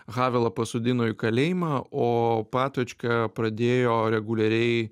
havelą pasodino į kalėjimą o patočką pradėjo reguliariai